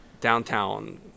downtown